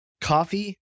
coffee